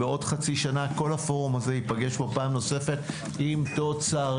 בעוד חצי שנה כל הפורום הזה ייפגש פה פעם נוספת עם תוצרים.